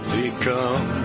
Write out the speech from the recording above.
become